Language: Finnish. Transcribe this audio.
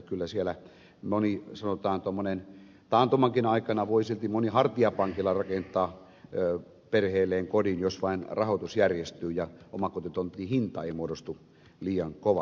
kyllä siellä voi moni silti taantumankin aikana hartiapankilla rakentaa perheelleen kodin jos vain rahoitus järjestyy ja omakotitontin hinta ei muodostu liian kovaksi